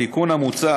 התיקון המוצע